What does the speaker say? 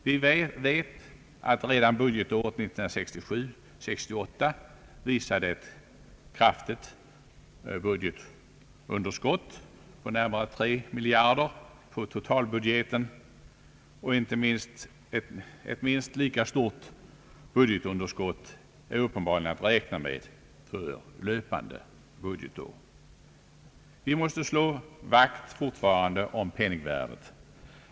Vi vet att redan budgetåret 1967/68 visade ett kraftigt budgetunderskott — närmare 3 miljarder — på totalbudgeten, och ett minst lika stort budgetunderskott är uppenbarli Allmänpolitisk debatt gen att räkna med för löpande budgetår. Vi måste fortfarande slå vakt om penningvärdet.